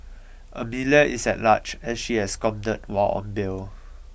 Amelia is at large as she absconded while on bail